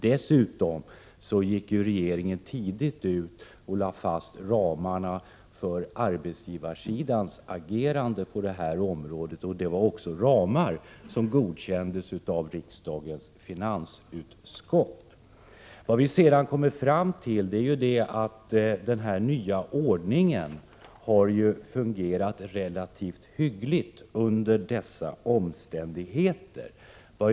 Dessutom gick regeringen tidigt ut och lade fast ramarna för arbetsgivarsidans agerande på det här området, och dessa ramar godkändes av riksdagens finansutskott. Vad vi fastställt är att den nya ordningen har fungerat relativt hyggligt under dessa omständigheter.